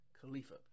Khalifa